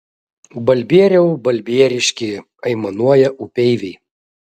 balbieriau balbieriški aimanuoja upeiviai